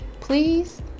Please